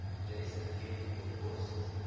jcet gave me a boost